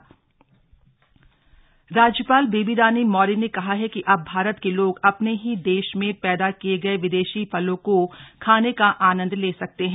राज्यपाल भ्रमण राज्यपाल बेबी रानी मौर्य ने कहा है कि अब भारत के लोग अपने ही देश में पैदा किये गये विदेशी फलों को खाने का आनन्द ले सकते है